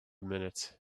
minute